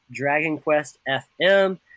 DragonQuestFM